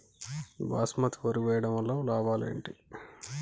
బాస్మతి వరి వేయటం వల్ల లాభాలు ఏమిటి?